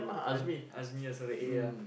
you want Azmi is with a A ah